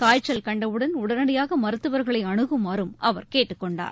காய்ச்சல் கண்டவுடன் உடனடியாக மருத்துவர்களை அனுகுமாறும் அவர் கேட்டுக் கொண்டார்